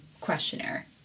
questionnaire